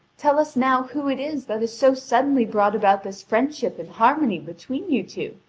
tell us now who it is that has so suddenly brought about this friendship and harmony between you two,